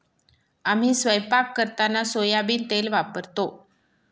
आम्ही स्वयंपाक करताना सोयाबीन तेल वापरतो